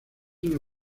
una